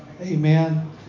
amen